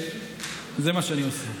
וזה מה שאני עושה.